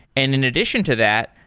and in addition to that,